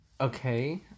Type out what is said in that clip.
Okay